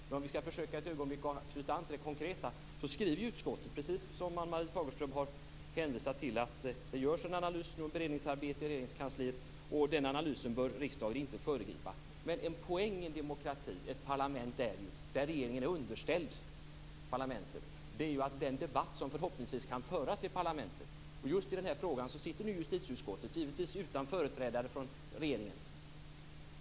Men om vi för ett ögonblick skall försöka knyta an till det konkreta så skriver ju utskottet, precis som Ann-Marie Fagerström har hänvisat till, att det görs en analys och att det pågår ett beredningsarbete i Regeringskansliet samt att riksdagen inte bör föregripa den analysen. En poäng i en demokrati och i ett parlament där regeringen är underställd parlamentet är ju att en debatt förhoppningsvis kan föras i parlamentet. Just i denna fråga sitter nu alltså justitieutskottet här, givetvis utan företrädare för regeringen.